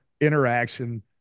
interaction